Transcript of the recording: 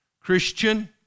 Christian